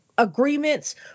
agreements